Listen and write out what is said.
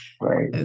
Right